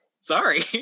Sorry